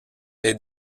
est